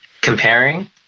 comparing